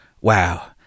Wow